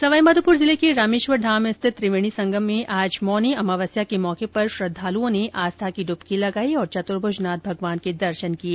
सवाई माधोपुर जिले के रामेश्वर धाम स्थित त्रिवेणी संगम में आज मौनी अमावस्या के मौके पर श्रद्वालुओं ने आस्था की डुबकी लगाई और चतुर्भुज नाथ भगवान के दर्शन किए